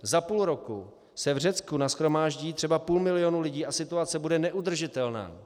Za půl roku se v Řecku nashromáždí třeba půl milionu lidí a situace bude neudržitelná.